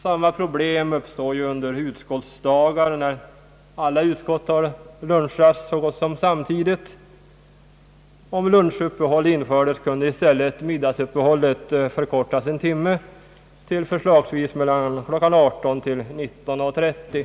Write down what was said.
Samma problem uppstår ju under utskottsdagar, när alla utskott tar lunchrast så gott som samtidigt. Om lunchuppehåll infördes, kunde i stället middagsuppehållet förkortas en timme till förslagsvis mellan kl. 18.00 och 19.30.